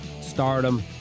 Stardom